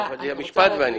להגיד משהו.